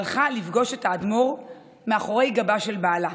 הלכה לפגוש את האדמו"ר מאחורי גבו של בעלה,